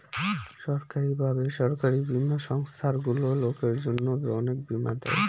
সরকারি বা বেসরকারি বীমা সংস্থারগুলো লোকের জন্য অনেক বীমা দেয়